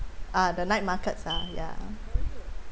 ah the night markets